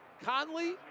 Conley